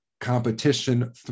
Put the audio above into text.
competition